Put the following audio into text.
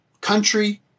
country